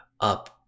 up